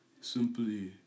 Simply